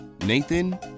Nathan